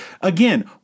Again